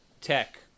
tech